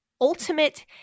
ultimate